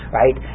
right